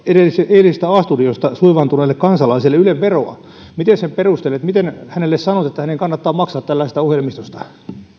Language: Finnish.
eilisestä a studiosta suivaantuneelle kansalaiselle yle veroa miten sen perustelet miten hänelle sanot että hänen kannattaa maksaa tällaisesta ohjelmistosta